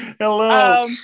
Hello